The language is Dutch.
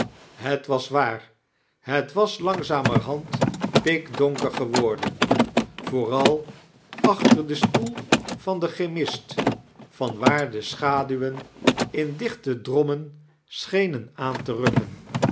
het was waar het was iangzameirhand pikdonker geworden vooral achter den stoel van den chemist van waar de schaduwen in dichte dirommen sehenen aan te rukken